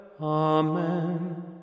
Amen